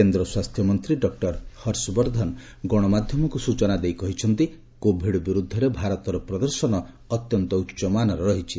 କେନ୍ଦ୍ର ସ୍ୱାସ୍ଥ୍ୟମନ୍ତ୍ରୀ ଡକ୍ଟର ହର୍ଷବର୍ଦ୍ଧନ ଗଣମାଧ୍ୟମକୁ ସୂଚନା ଦେଇ କହିଛନ୍ତି କୋଭିଡ ବିରୁଦ୍ଧରେ ଭାରତର ପ୍ରଦର୍ଶନ ଅତ୍ୟନ୍ତ ଉଚ୍ଚମାନର ରହିଛି